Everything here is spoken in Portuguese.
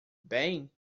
bem